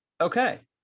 Okay